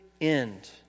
end